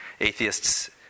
Atheists